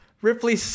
Ripley